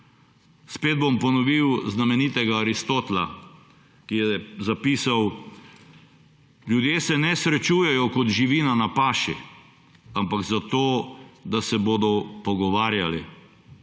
Spet bom ponovil znamenitega Aristotela, ki je zapisal: Ljudje se ne srečujejo kot živina na paši, ampak zato, da se bodo pogovarjali.